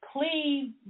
please